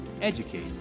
educate